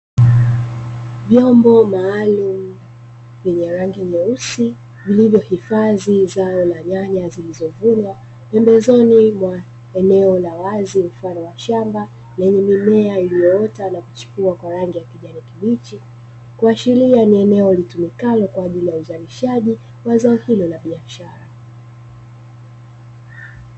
Vyombo maalumu vyenye rangi nyeusi vilivohifadhi zao la nyanya zilizovunwa pembezoni mwa eneo la wazi mfano wa shamba lenye mimea iliyoota na kuchipua kwa rangi ya kijani kibichi, kuashiria ni eneo litumikalo kwaajili ya uzalishaji wa zao hilo la biashara.